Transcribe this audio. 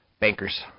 Bankers